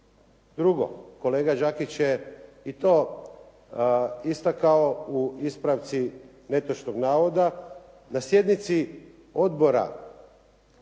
Drugo, kolega Đakić je i to istako u ispravci netočnog navoda na sjednici Odbora